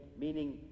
meaning